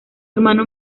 hermano